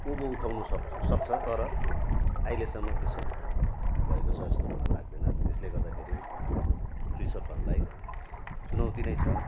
उँभो उठाउनु सक् सक्छ तर अहिलेसम्म त्यो सब भएको छ जस्तो मलाई लाग्दैन त्यसले गर्दाखेरि कृषकहरूलाई चुनौती नै छ